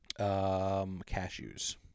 Cashews